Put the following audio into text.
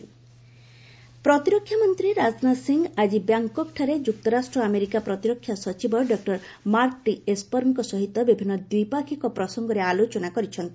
defence US ପ୍ରତିରକ୍ଷା ମନ୍ତ୍ରୀ ରାଜନାଥ ସିଂ ଆଜି ବ୍ୟାଙ୍କକ୍ଠାରେ ଯୁକ୍ତରାଷ୍ଟ୍ର ଆମେରିକା ପ୍ରତିରକ୍ଷା ସଚିବ ଡକ୍ଟର ମାର୍କ ଟି ଏସପରଙ୍କ ସହିତ ବିଭିନ୍ନ ଦ୍ୱିପାକ୍ଷିକ ପ୍ରସଙ୍ଗରେ ଆଲୋଚନା କରିଛନ୍ତି